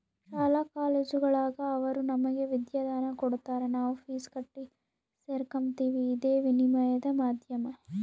ಶಾಲಾ ಕಾಲೇಜುಗುಳಾಗ ಅವರು ನಮಗೆ ವಿದ್ಯಾದಾನ ಕೊಡತಾರ ನಾವು ಫೀಸ್ ಕಟ್ಟಿ ಸೇರಕಂಬ್ತೀವಿ ಇದೇ ವಿನಿಮಯದ ಮಾಧ್ಯಮ